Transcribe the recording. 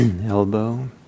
elbow